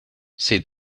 c’est